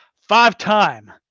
five-time